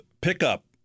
pickup